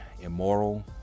immoral